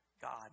God